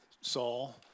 saul